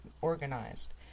organized